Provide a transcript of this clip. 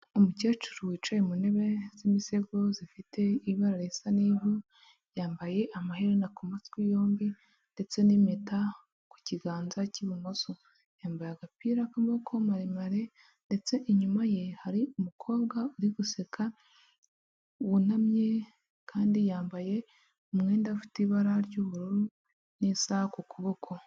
Umukecuru wicaye mu ntebe z'imisego zifite ibara risa n'ivu, yambaye amahena ku matwi yombi ndetse n'impeta ku kiganza cy'ibumoso, yambaye agapira k'amaboko maremare ndetse inyuma ye hari umukobwa uri guseka wunamye kandi yambaye umwenda ufite ibara ry'ubururu n'isaha ku kuboko.